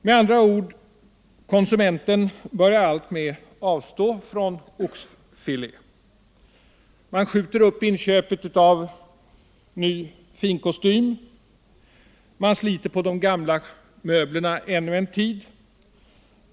Med andra ord: konsumenten börjar alltmer avstå från oxfilé. Man skjuter upp inköpet av ny finkostym. Man sliter på de gamla möblerna.